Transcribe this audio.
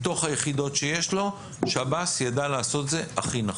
מתוך היחידות שיש לו שב"ס יידע לעשות את זה הכי נכון.